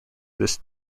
this